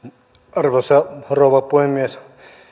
arvoisa rouva puhemies